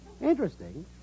Interesting